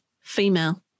female